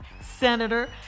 senator